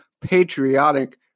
patriotic